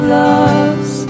loves